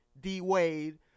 D-Wade